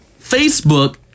Facebook